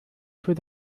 für